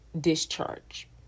discharge